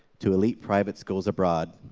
to elite private schools abroad.